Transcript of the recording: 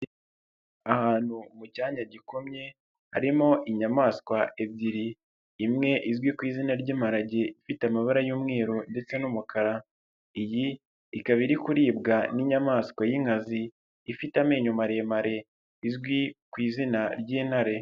Ahantu mu cyanya gikomye harimo inyamaswa ebyiri, imwe izwi ku izina ry'imparage ifite amabara y'umweru ndetse n'umukara, iyi ikaba iri kuribwa n'inyamaswa y'inkazi ifite amenyo maremare izwi ku izina ry'intare.